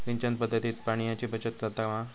सिंचन पध्दतीत पाणयाची बचत जाता मा?